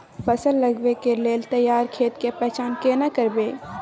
फसल लगबै के लेल तैयार खेत के पहचान केना करबै?